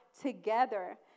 together